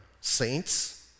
saints